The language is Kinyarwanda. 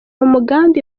umugambi